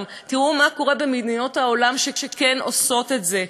תראו מה קורה במדינות בעולם שכן עושות את זה.